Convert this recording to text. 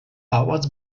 pałac